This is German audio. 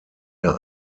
der